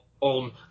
on